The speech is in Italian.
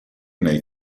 nei